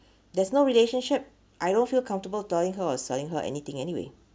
there's no relationship I don't feel comfortable telling her or selling her anything anyway